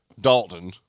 Dalton